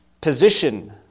position